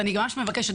אני ממש מבקשת,